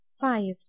five